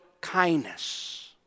kindness